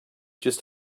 just